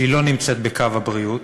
שאינה בקו הבריאות,